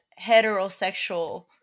heterosexual